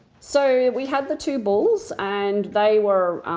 so we had the two bulls and they were,